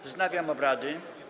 Wznawiam obrady.